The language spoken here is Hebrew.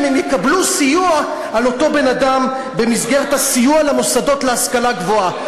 אם הם יקבלו סיוע על אותו אדם במסגרת הסיוע למוסדות להשכלה גבוהה,